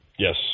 Yes